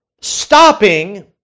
stopping